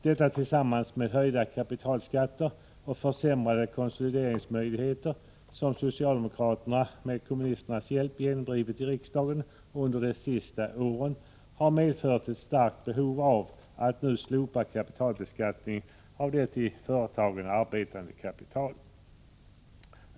Detta tillsammans med höjningar av kapitalskatterna och försämringar av konsolideringsmöjligheterna, som socialdemokraterna med kommunisternas hjälp genomdrivit i riksdagen under de senaste åren, har medfört ett starkt behov av att nu slopa förmögenhetsbeskattningen på det i företagen arbetande kapitalet.